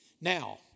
Now